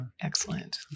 Excellent